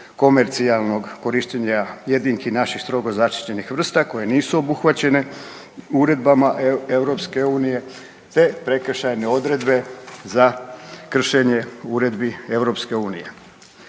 komercijalnog korištenja jedinki naših strogo zaštićenih vrsta koje nisu obuhvaćene uredbama EU, te prekršajne odredbe za kršenje uredbi EU.